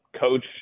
coach